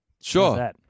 Sure